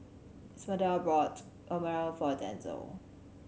Esmeralda bought Naengmyeon for Denzel